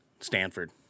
Stanford